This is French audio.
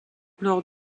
lors